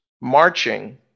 marching